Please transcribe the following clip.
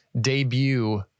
debut